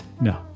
No